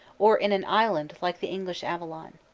or in an island like the english avalon.